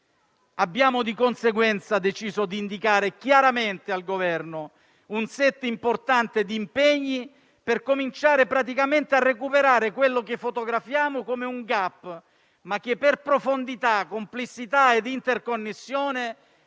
Abbiamo di conseguenza deciso di indicare chiaramente al Governo un set importante di impegni per cominciare praticamente a recuperare quello che fotografiamo come un *gap*, ma che per profondità, complessità ed interconnessione